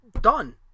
Done